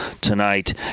tonight